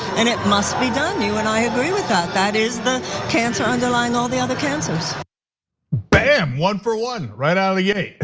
and it must be done. you and i agree with that, that is the cancer underlying all the other cancers bam, one for one, right out of the gate.